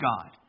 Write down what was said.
God